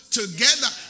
together